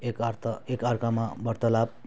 एकार्थ एकआर्कामा वार्तालाप